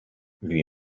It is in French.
lui